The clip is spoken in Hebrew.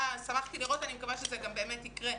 שמחתי לראות ואני מקווה שזה באמת יקרה,